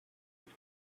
you